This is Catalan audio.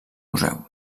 museu